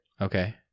Okay